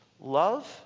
love